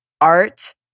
art